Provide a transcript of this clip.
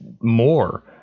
more